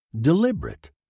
deliberate